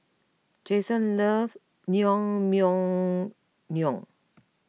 Jayson loves Naengmyeon